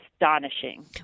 astonishing